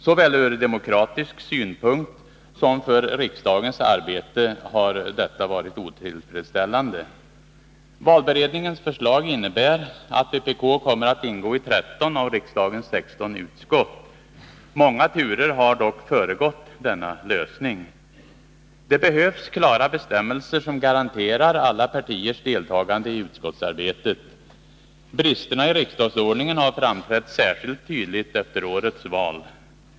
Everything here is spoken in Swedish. Såväl ur demokratisk synpunkt som för riksdagens arbete har detta varit otillfredsställande. Valberedningens förslag innebär att vpk kommer att ingå i tretton av riksdagens sexton utskott. Många turer har dock föregått denna lösning. Det behövs klara bestämmelser som garanterar alla partiers deltagande i utskottsarbetet. Bristerna i riksdagsordningen har framträtt särskilt tydligt efter årets val.